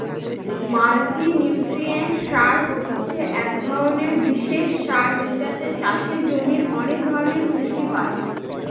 multinutrient সার হছে এক ধরনের বিশেষ সার যেটাতে চাষের জমির অনেক ধরনের পুষ্টি পাই